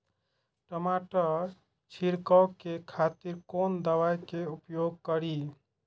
टमाटर छीरकाउ के खातिर कोन दवाई के उपयोग करी?